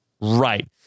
Right